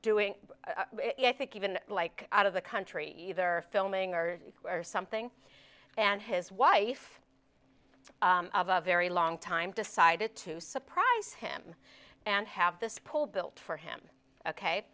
doing i think even like out of the country either filming or or something and his wife of a very long time decided to surprise him and have this poll built for him ok